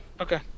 okay